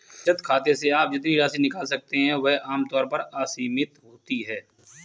बचत खाते से आप जितनी राशि निकाल सकते हैं वह आम तौर पर असीमित होती है